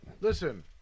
listen